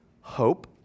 hope